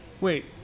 Wait